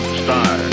star